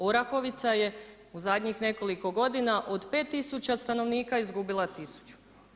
Orahovica je u zadnjih nekoliko godina od 5000 stanovnika izgubila 1000.